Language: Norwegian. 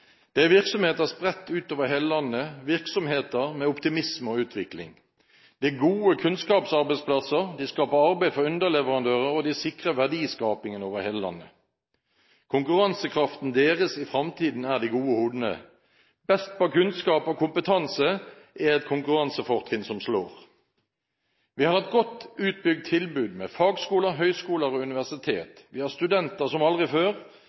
Det er virksomheter spredt utover hele landet, virksomheter med optimisme og utvikling. Det er gode kunnskapsarbeidsplasser, de skaper arbeid for underleverandører, og de sikrer verdiskapingen over hele landet. Konkurransekraften deres i fremtiden er de gode hodene. Best på kunnskap og kompetanse er et konkurransefortrinn som slår! Vi har et godt utbygd tilbud med fagskoler, høyskoler og universiteter. Vi har studenter som aldri før,